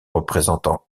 représentant